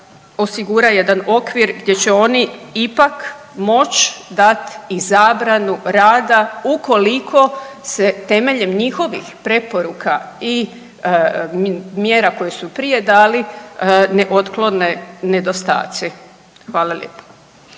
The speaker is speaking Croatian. osigura jedan okvir gdje će oni ipak moći dati i zabranu rada ukoliko se temeljem njihovih preporuka i mjera koje su prije dali ne otklone nedostaci. Hvala lijepo.